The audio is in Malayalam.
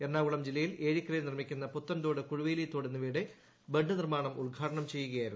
എറണാകുളം ജില്ലയിൽ ഏഴിക്ക രയിൽ നിർമ്മിക്കുന്ന പുത്തൻതോട് കുഴുവേലിതോട് എന്നിവയുടെ പുറം ബണ്ട് നിർമ്മാണം ഉദ്ഘാടനം ചെയ്യുകയായിരുന്നു മന്ത്രി